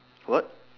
what